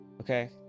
Okay